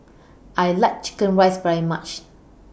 I like Chicken Rice very much